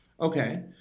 Okay